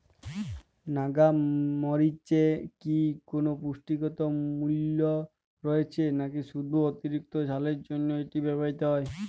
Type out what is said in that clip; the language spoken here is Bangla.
নাগা মরিচে কি কোনো পুষ্টিগত মূল্য রয়েছে নাকি শুধু অতিরিক্ত ঝালের জন্য এটি ব্যবহৃত হয়?